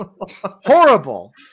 Horrible